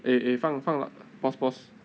eh eh 放放 l~ pause pause